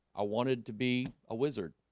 i wanted to be a wizard